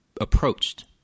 approached